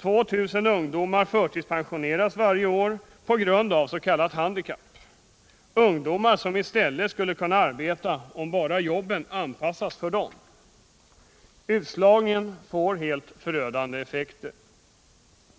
2000 ungdomar förtidspensioneras varje år på grund s.k. handikapp, ungdomar som i stället skulle kunna arbeta om bara jobben anpassades för dem. Utslagningen får helt förödande effekter.